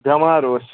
بٮ۪مار اوس